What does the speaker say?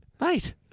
Mate